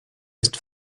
ist